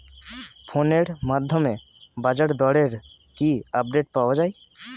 ফোনের মাধ্যমে বাজারদরের কি আপডেট পাওয়া যায়?